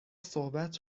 صحبت